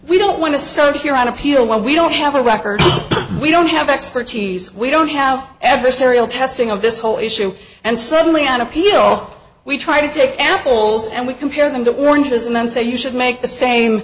we don't want to start here on appeal when we don't have a record we don't have expertise we don't have ever serial testing of this whole issue and certainly an appeal we try to take apples and we compare them to oranges and then say you should make the same